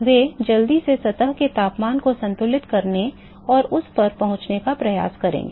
वे जल्दी से सतह के तापमान को संतुलित करने और उस तक पहुंचने का प्रयास करेंगे